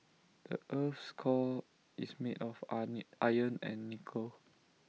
the Earth's core is made of iron and nickel